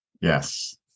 Yes